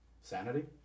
Sanity